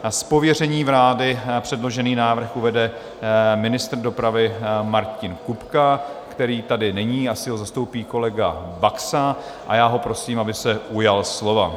Z pověření vlády předložený návrh uvede ministr dopravy Martin Kupka, který tady není, asi ho zastoupí kolega Baxa, a já ho prosím, aby se ujal slova.